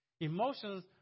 Emotions